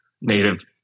native